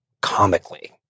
comically